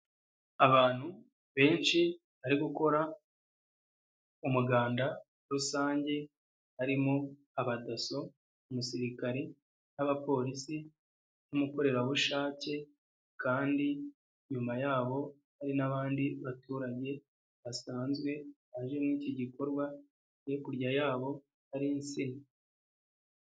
Abantu benshi bari gukora umuganda rusange, harimo abadasso umusirikare n'abapolisi n'umukorerabushake, kandi inyuma yaho hari n'abandi baturage basanzwe baje mu iki gikorwa hikurya yabo hari insina.